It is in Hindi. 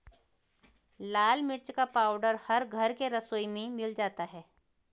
लाल मिर्च का पाउडर हर घर के रसोई में मिल जाता है